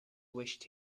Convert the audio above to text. wished